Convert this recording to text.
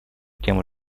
тему